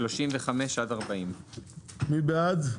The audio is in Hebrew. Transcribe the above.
35 עד 40. מי בעד?